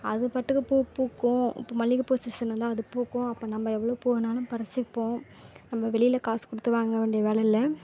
அதுபாட்டுக்கு பூ பூக்கும் இப்போ மல்லிகைப்பூ சீசன் வந்தால் அது பூக்கும் அப்போ நம்ம எவ்வளோவு பூ வேணுனாலும் பறிச்சுப்போம் நம்ம வெளியில் காசு கொடுத்து வாங்க வேண்டிய வேலை இல்லை